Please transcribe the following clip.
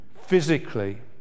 physically